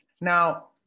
now